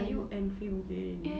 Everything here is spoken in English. are you angry